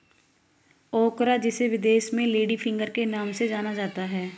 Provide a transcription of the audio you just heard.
ओकरा जिसे विदेश में लेडी फिंगर के नाम से जाना जाता है